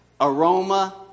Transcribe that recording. Aroma